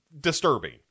disturbing